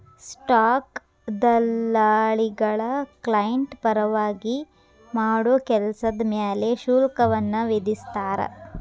stock ದಲ್ಲಾಳಿಗಳ client ಪರವಾಗಿ ಮಾಡೋ ಕೆಲ್ಸದ್ ಮ್ಯಾಲೆ ಶುಲ್ಕವನ್ನ ವಿಧಿಸ್ತಾರ